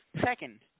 Second